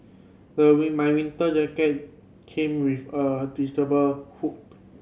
my my winter jacket came with a detachable hood